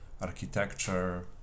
architecture